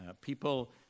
people